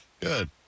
Good